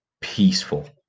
peaceful